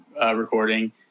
recording